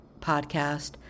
podcast